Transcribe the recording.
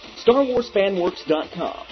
StarWarsFanWorks.com